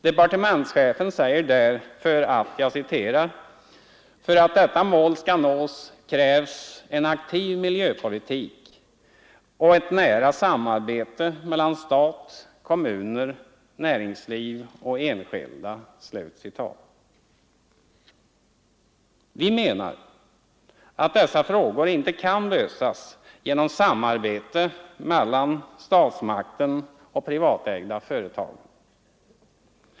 Departementschefen säger där: ”För att detta mål skall nås krävs en aktiv miljöpolitik och ett nära samarbete mellan stat, kommuner, näringsliv och enskilda.” Vi menar att dessa frågor inte kan lösas genom samarbete mellan statsmakten och de privatägda företagen.